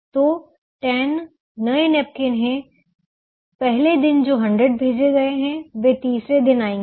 तो 10 नए नैपकिन हैं पहले दिन जो 100 भेजे गए हैं वे तीसरे दिन आएंगे